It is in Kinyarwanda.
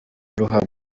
ruhago